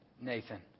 Nathan